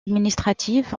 administratives